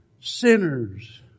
sinners